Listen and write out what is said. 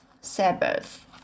Sabbath